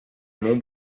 mont